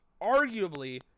arguably